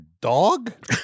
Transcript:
dog